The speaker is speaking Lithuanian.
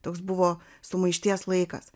toks buvo sumaišties laikas